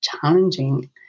challenging